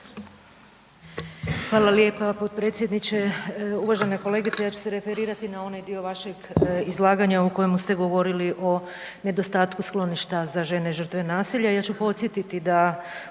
Hvala lijepa potpredsjedniče. Uvažena kolegice ja ću se referirati na onaj dio vašeg izlaganja u kojemu ste govorili o nedostatku skloništa za žene žrtve nasilja. Ja ću podsjetiti da